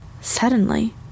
Suddenly